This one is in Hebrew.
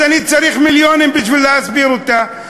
אז אני צריך מיליונים בשביל להסביר אותה.